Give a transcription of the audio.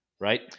Right